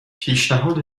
پیشنهاد